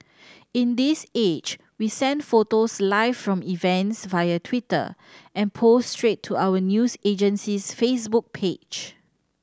in this age we send photos live from events via Twitter and post straight to our news agency's Facebook page